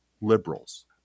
liberals